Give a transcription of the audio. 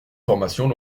formations